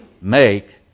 make